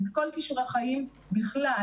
ואת כל כישורי החיים בכלל,